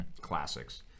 classics